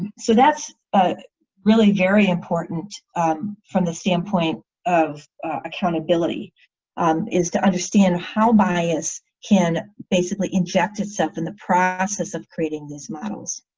so that's but really very important from the standpoint of accountability um is to understand how bias can basically inject itself in the process of creating these models.